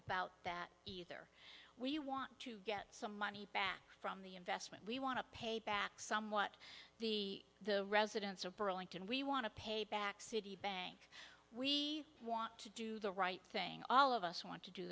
about that either we want to get some money back from the investment we want to pay back somewhat the the residents of burlington we want to pay back citibank we want to do the right thing all of us want to do